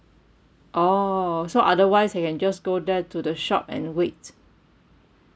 orh so otherwise I can just go there to the shop and wait